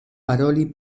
paroli